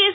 S